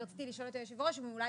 ורציתי לשאול את היושב-ראש אם הוא אולי,